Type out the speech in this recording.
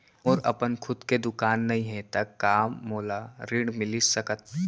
मोर अपन खुद के दुकान नई हे त का मोला ऋण मिलिस सकत?